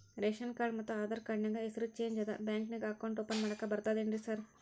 Ration card ಮತ್ತ Aadhaar card ನ್ಯಾಗ ಹೆಸರು ಚೇಂಜ್ ಅದಾ ಬ್ಯಾಂಕಿನ್ಯಾಗ ಅಕೌಂಟ್ ಓಪನ್ ಮಾಡಾಕ ಬರ್ತಾದೇನ್ರಿ ಸಾರ್?